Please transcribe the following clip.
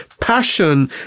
passion